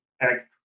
act